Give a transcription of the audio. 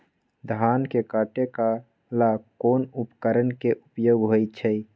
धान के काटे का ला कोंन उपकरण के उपयोग होइ छइ?